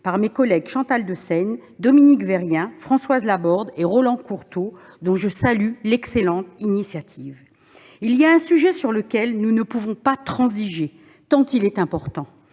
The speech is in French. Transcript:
par mes collègues Chantal Deseyne, Dominique Vérien, Françoise Laborde et Roland Courteau, dont je salue l'excellente initiative. Il y a un sujet sur lequel nous ne pouvons pas transiger tant il est important.